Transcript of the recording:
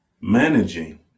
Managing